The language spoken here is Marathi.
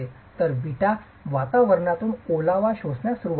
तर विटा वातावरणातून ओलावा शोषण्यास सुरवात करतात